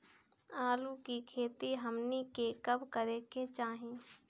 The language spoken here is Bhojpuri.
आलू की खेती हमनी के कब करें के चाही?